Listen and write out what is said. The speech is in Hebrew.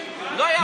לא יפה לכם.